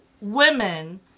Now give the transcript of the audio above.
women